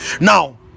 now